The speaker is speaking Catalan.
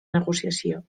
negociació